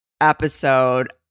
episode